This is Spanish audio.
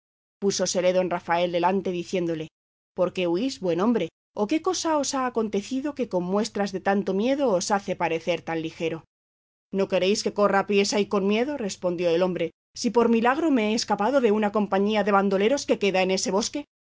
espantado púsosele don rafael delante diciéndole por qué huís buen hombre o qué cosa os ha acontecido que con muestras de tanto miedo os hace parecer tan ligero no queréis que corra apriesa y con miedo respondió el hombre si por milagro me he escapado de una compañía de bandoleros que queda en ese bosque